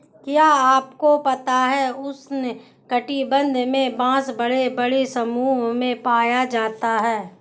क्या आपको पता है उष्ण कटिबंध में बाँस बड़े बड़े समूहों में पाया जाता है?